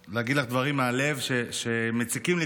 יש לי שלוש דקות להגיד לך דברים מהלב שמציקים לי,